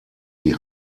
die